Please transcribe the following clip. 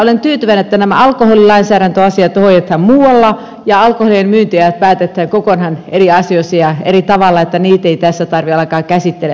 olen tyytyväinen että nämä alkoholilainsäädäntöasiat hoidetaan muualla ja alkoholin myyntiajat päätetään kokonaan eri asioissa ja eri tavalla että niitä ei tässä tarvitse alkaa käsitellä enää